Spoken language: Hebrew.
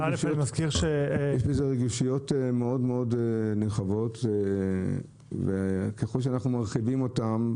יש בזה רגישויות מאוד מאוד נרחבות וככל שאנחנו מרחיבים אותן,